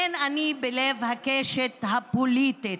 אין אני בלב הקשת הפוליטית,